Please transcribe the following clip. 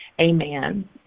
Amen